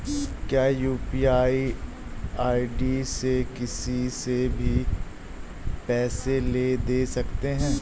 क्या UPI ID से किसी से भी पैसे ले दे सकते हैं?